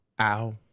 ow